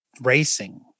Racing